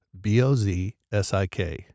B-O-Z-S-I-K